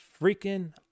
freaking